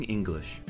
English